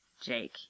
Jake